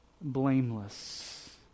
blameless